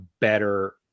better